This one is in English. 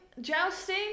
jousting